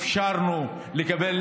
ואפשרנו לקבל,